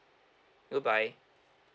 goodbye